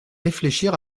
réfléchir